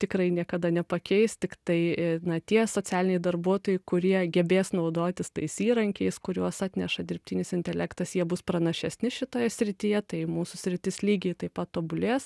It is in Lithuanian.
tikrai niekada nepakeis tiktai na tie socialiniai darbuotojai kurie gebės naudotis tais įrankiais kuriuos atneša dirbtinis intelektas jie bus pranašesni šitoje srityje tai mūsų sritis lygiai taip pat tobulės